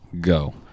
go